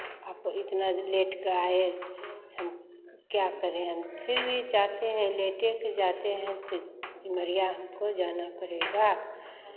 आप इतना लेट के आए से हम क्या करें हम फिर भी जाते हैं लेटे के जाते हैं सिमरिया हमको जाना पड़ेगा